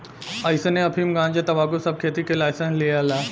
अइसने अफीम, गंजा, तंबाकू सब के खेती के लाइसेंस लियाला